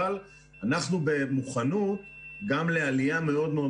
אבל אנחנו במוכנות גם לעלייה מאוד מאוד